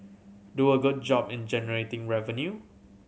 do a good job in generating revenue